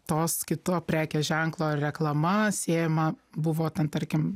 tos kito prekės ženklo reklama siejama buvo ten tarkim